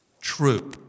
True